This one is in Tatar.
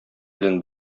белән